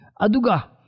Aduga